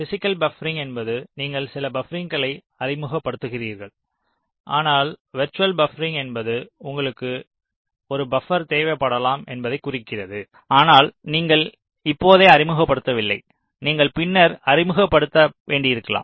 physical buffering என்பது நீங்கள் சில பப்பரிங்களை அறிமுகப்படுத்துகிறீர்கள் அல்லது வெர்ச்சுவல் பப்பரிங் என்பது இங்கே உங்களுக்கு ஒரு பப்பர் தேவைப்படலாம் என்பதைக் குறிக்கிறது ஆனால் நீங்கள் இப்போதே அறிமுகப்படுத்தவில்லை நீங்கள் பின்னர் அறிமுகப்படுத்த வேண்டியிருக்கலாம்